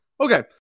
Okay